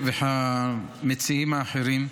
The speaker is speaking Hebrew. והמציעים האחרים,